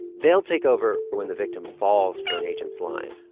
they'll take over when the victim falls for an agent's line.